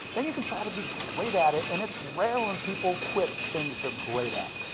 then you can try to be great at it. and it's rare when people quit things they're great at.